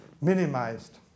minimized